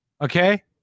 Okay